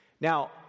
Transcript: Now